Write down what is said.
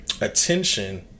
attention